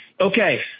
okay